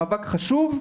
מאבק חשוב,